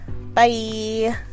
Bye